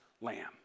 lamb